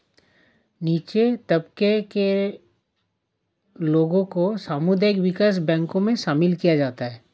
नीचे तबके के लोगों को सामुदायिक विकास बैंकों मे शामिल किया जाता है